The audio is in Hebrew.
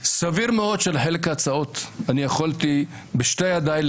סביר מאוד שחלק מההצעות הייתי יכול לקבל בשתי ידיי,